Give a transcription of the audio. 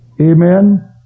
Amen